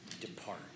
depart